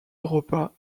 europa